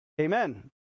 amen